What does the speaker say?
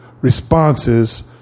responses